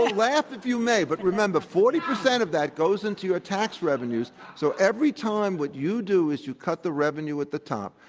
laugh, if you may, but remember, forty percent of that goes into your tax revenues. so every time, what you do is you cut the revenue at the top,